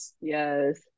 Yes